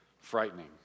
frightening